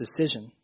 decision